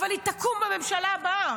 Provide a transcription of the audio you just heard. אבל היא תקום בממשלה הבאה.